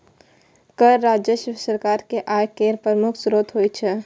कर राजस्व सरकार के आय केर प्रमुख स्रोत होइ छै